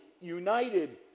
united